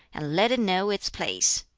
and let it know its place.